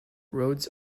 roads